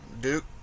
Duke